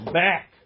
back